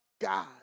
God